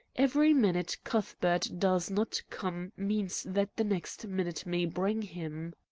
every minute cuthbert does not come means that the next minute may bring him.